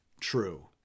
true